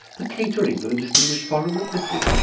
the catering for the distinguished foreign witnesses,